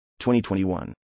2021